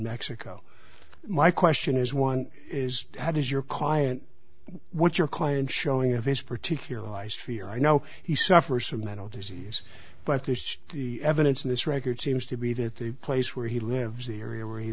mexico my question is one is how does your client what your client showing of his particular life fear i know he suffers from mental disease but at least the evidence in this record seems to be that the place where he lives the area where he